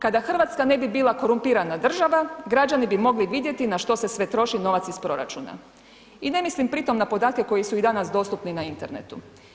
Kada Hrvatska ne bi bila korumpirana država, građani bi mogli vidjeti na što se sve troši iz proračuna i ne mislim pritom na podatke koji su i danas dostupni na internetu.